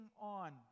on